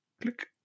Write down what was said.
click